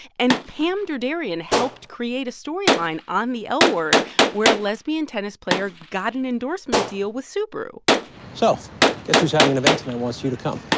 and pam derderian helped create a storyline on the l word where a lesbian tennis player got an endorsement deal with subaru so guess who's having an event tonight and wants you to come